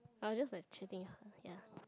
I was just like cheating her ya